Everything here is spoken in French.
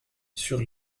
sur